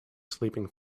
sleeping